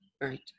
right